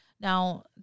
Now